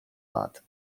lat